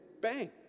bang